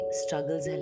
struggles